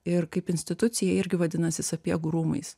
ir kaip institucija irgi vadinasi sapiegų rūmais